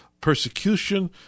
persecution